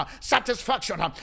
satisfaction